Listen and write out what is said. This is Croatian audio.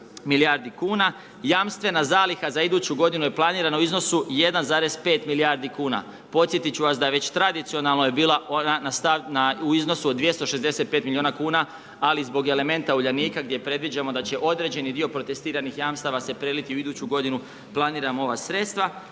milijardi kn. Jamstvena zaliha za iduću g. je planiran u iznosu 1,5 milijardi kn. Podsjetiti ću vas da već tradicionalno je bila …/Govornik se ne razumije./… u iznosu od 265 milijuna kn, ali zbog elementa Uljanika, gdje predviđamo da će određeni dio protestiranih jamstava se preliti u iduću g. planiramo ova sredstva.